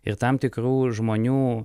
ir tam tikrų žmonių